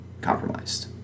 compromised